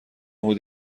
حدود